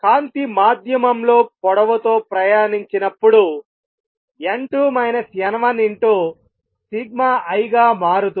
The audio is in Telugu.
కాంతి మాధ్యమంలో పొడవు తో ప్రయాణించినప్పుడు n2 n1σI గా మారుతుంది